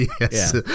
yes